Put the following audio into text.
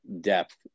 depth